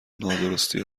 نادرستی